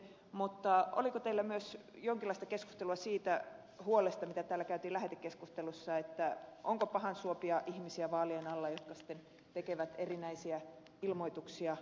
mutta oliko teillä myös jonkinlaista keskustelua siitä huolesta mitä täällä tuotiin lähetekeskustelussa siitä onko pahansuopia ihmisiä vaalien alla jotka tekevät erinäisiä ilmoituksia kilpakollegaansa vastaan vai ei